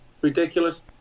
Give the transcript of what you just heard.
ridiculous